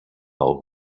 old